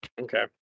Okay